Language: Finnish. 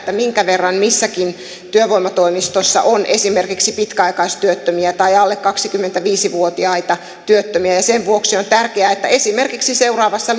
minkä verran missäkin työvoimatoimistossa on esimerkiksi pitkäaikaistyöttömiä tai alle kaksikymmentäviisi vuotiaita työttömiä sen vuoksi on tärkeää että esimerkiksi seuraavassa